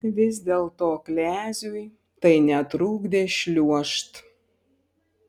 vis dėlto kleziui tai netrukdė šliuožt